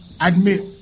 admit